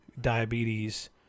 diabetes